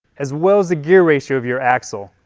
as well as the gear ratio of your axle.